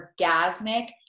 orgasmic